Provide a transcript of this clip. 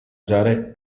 usare